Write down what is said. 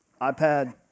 iPad